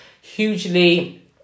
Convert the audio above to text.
hugely